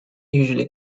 usually